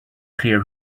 clear